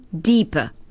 deeper